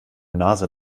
nase